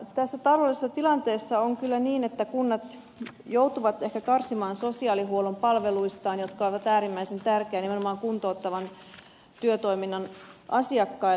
tässä taloudellisessa tilanteessa on kyllä niin että kunnat joutuvat ehkä karsimaan sosiaalihuollon palveluistaan jotka ovat äärimmäisen tärkeitä nimenomaan kuntouttavan työtoiminnan asiakkaille